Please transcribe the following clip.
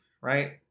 right